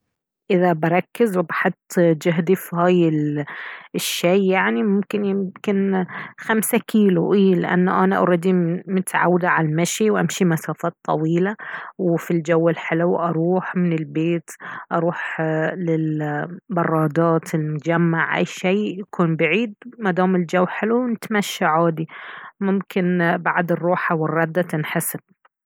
اذا بركز وبحط جهدي في هاي الشي يعني ممكن يمكن خمسة كيلو اي لانه انا اردي متعودة على المشي وامشي مسافات طويلة وفي الجو الحلو اروح من البيت اروح للبرادات المجمع اي شي يكون بعيد مدام الجو حلو نتمشي عادي ممكن بعد الروحة والردة تنحسب